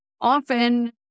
often